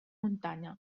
muntanya